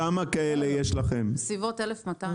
ברשימה הזאת יש כ-1,200.